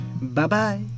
bye-bye